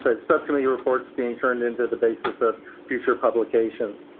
ah subcommittee reports being turned into the basis of future publications.